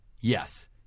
Yes